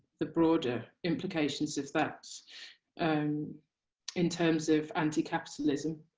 the broader implications of that in terms of anti-capitalism.